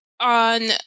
on